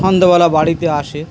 সন্ধ্যেবেলা বাড়িতে আসে